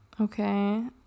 okay